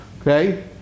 okay